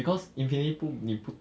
because infinity pool 你不